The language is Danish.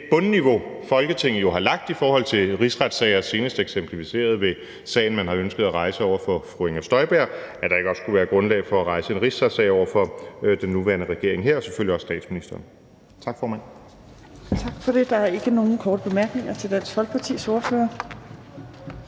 det bundniveau, Folketinget har lagt i forhold til rigsretssager, senest eksemplificeret ved sagen, som man har ønsket at rejse over for fru Inger Støjberg, meget vanskeligt ved at forestille mig, at der ikke også skulle være grundlag for at rejse en rigsretssag over for den nuværende regering og selvfølgelig også statsministeren. Tak, formand.